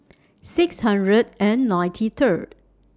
six hundred and ninety Third